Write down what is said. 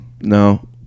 No